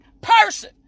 person